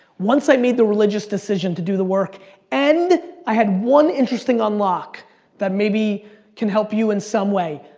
once i made the religious decision to do the work and i had one interesting unlock that maybe can help you in some way.